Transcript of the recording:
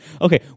okay